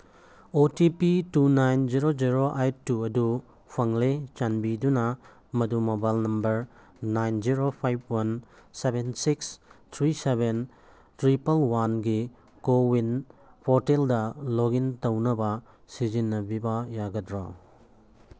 ꯑꯣ T P two nine zero zero eight two ꯑꯗꯨ ꯐꯪꯂꯦ ꯆꯥꯟꯕꯤꯗꯨꯅ ꯃꯗꯨ mobile number nine zero five one seven six three seven triple ꯋꯥꯟꯒꯤ CoWIN ꯄꯣꯔꯇꯦꯜꯗ ꯂꯣꯛꯏꯟ ꯇꯧꯅꯕ ꯁꯤꯖꯤꯟꯅꯕꯤꯕ ꯌꯥꯒꯗ꯭ꯔꯥ